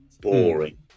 boring